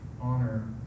honor